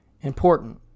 important